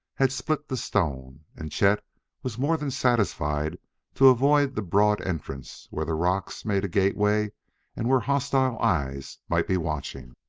had split the stone, and chet was more than satisfied to avoid the broad entrance where the rocks made a gateway and where hostile eyes might be watching.